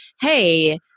hey